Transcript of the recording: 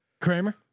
Kramer